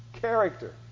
character